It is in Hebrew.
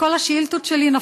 באסל גטאס גם